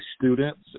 students